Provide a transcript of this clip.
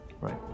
Right